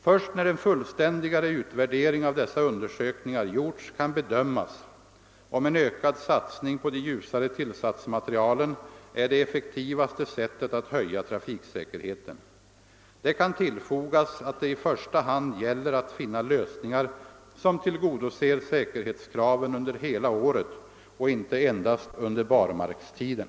Först när en fullständigare värdering av dessa undersökningar gjorts kan bedömas om en ökad satsning på de ljusare tillsatsmaterialen är det effektivaste sättet att höja trafiksäkerheten. Det kan tillfogas att det i första hand gäller att finna lösningar som tillgodoser säkerhetskraven under hela året och inte endast under barmarkstiden.